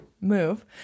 move